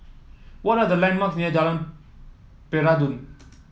what are the landmarks near Jalan Peradun